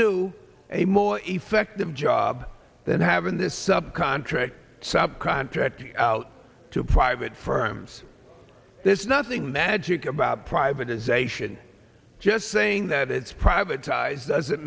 a more effective job than having the subcontract subcontracted out to private firms there's nothing magic about privatization just saying that it's privatized doesn't